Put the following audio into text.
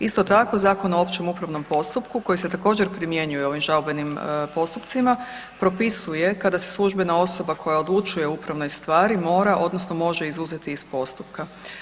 Isto tako, Zakon o općem upravnom postupku koji se također primjenjuje ovim žalbenim postupcima, propisuje kada se službena osoba koja odlučuje o upravnoj stvari, mora odnosno može izuzeti iz postupka.